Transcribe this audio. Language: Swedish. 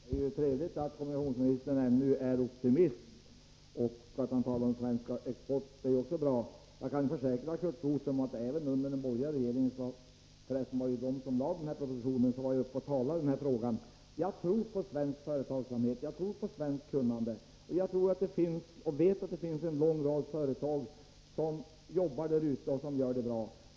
Herr talman! Det är trevligt att kommunikationsministern ännu är optimist. Att han talar om svensk export är också bra. Jag kan försäkra Curt Boström att jag även under den borgerliga regeringen — det var för resten den som framlade propositionen om SweRoad — var uppe och talade i den här frågan. Jag tror på svensk företagsamhet och på svenskt kunnande. Jag vet att det finns en lång rad företag som jobbar där ute och gör det bra.